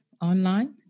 online